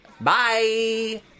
bye